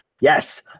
Yes